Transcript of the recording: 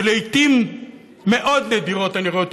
שלעיתים מאוד נדירות אני רואה אותו